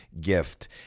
gift